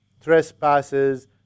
trespasses